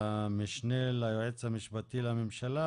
המשנה ליועמ"ש לממשלה,